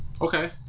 Okay